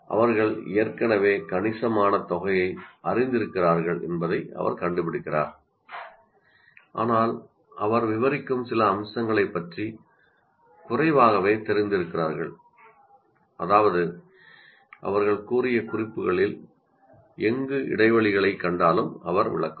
அவர்கள் ஏற்கனவே கணிசமான தொகையை அறிந்திருக்கிறார்கள் என்பதை அவர் கண்டுபிடித்தார் ஆனால் அவர் விவரிக்கும் சில அம்சங்களைப் பற்றி குறைவாகவே இருக்கிறார்கள் அதாவது அவர்கள் செய்த புள்ளிகளில் எங்கு இடைவெளிகளைக் கண்டாலும் அவர் விளக்குவார்